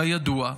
כידוע,